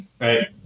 right